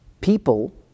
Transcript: People